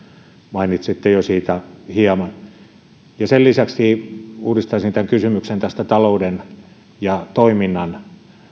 mainitsitte siitä jo hieman sen lisäksi uudistaisin kysymyksen talouden ja toiminnan